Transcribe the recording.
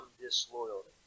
disloyalty